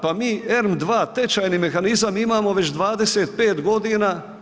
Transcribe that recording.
Pa mi ERM II tečajni mehanizam imamo već 25 godina.